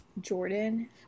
Jordan